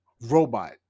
robot